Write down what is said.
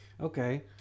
Okay